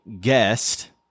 guest